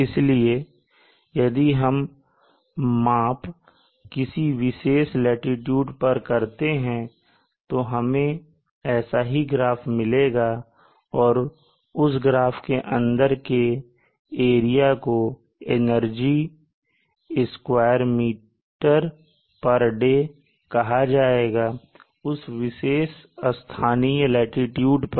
इसलिए यदि हम माप किसी विशेष लाटीट्यूड पर करते हैं तो हमें ऐसा ही ग्राफ मिलेगा और उस ग्राफ के अंदर के एरिया को एनर्जी स्क्वायर मीटर दिन energy m2 day कहा जाएगा उस विशेष स्थानीय लाटीट्यूड पर